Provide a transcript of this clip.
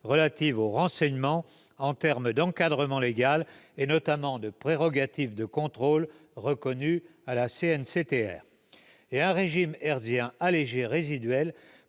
relative au renseignement en termes d'encadrement légal, notamment de prérogatives de contrôle reconnues à la CNCTR ; d'autre part, un régime hertzien allégé, résiduel,